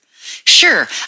sure